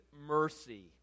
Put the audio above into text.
mercy